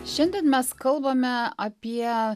šiandien mes kalbame apie